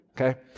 okay